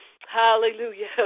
Hallelujah